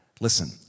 Listen